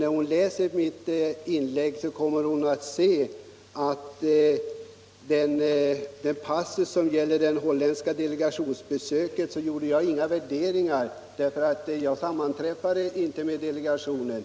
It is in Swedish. När hon läser mitt inlägg kommer hon att se att jag, när jag talade om den holländska delegationens besök, inte gjorde några värderingar, jag sammanträffade inte själv med delegationen.